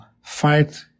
fight